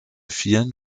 vielen